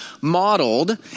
modeled